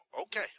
okay